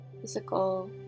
physical